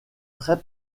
très